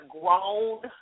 grown